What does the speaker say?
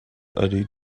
ydy